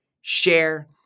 share